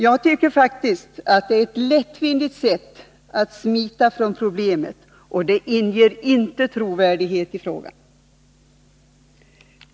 Jag tycker faktiskt att man på ett lättvindigt sätt försöker smita från problemet, och det skapar inte trovärdighet.